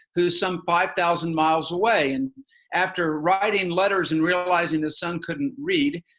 who's some five thousand miles away. and after writing letters and realizing his son couldn't read,